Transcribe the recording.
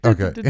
Okay